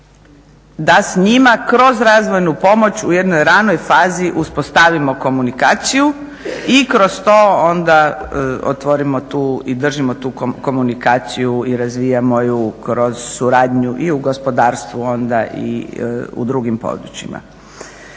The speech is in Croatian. da s njima kroz razvojnu pomoć u jednoj ranoj fazi uspostavimo komunikaciju i kroz to onda otvorimo i držimo tu komunikaciju i razvijamo ju kroz suradnju i u gospodarstvu onda i u drugim područjima.